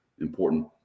important